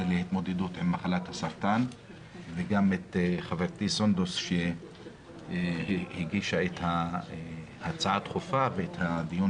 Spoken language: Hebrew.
להתמודדות עם מחלת הסרטן וגם את חברתי סונדוס שהגישה את ההצעה לדיון